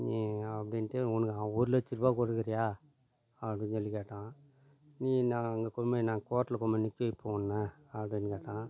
நீ அப்படின்ட்டு உனக்கு அவன் ஒரு லட்சரூவா கொடுக்கிறீயா அப்படின்னு சொல்லி கேட்டான் நீ இன்னா அங்கே கொண்டு போய் என்ன கோர்டில் கொண்டு போய் நிற்க வைப்பேன் உன்னை அப்படின்னு கேட்டான்